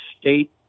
state